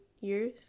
years